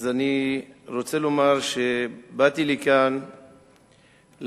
אז אני רוצה לומר שבאתי לכאן להצדיע